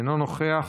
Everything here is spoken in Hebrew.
אינו נוכח,